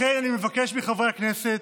לכן אני מבקש מחברי הכנסת: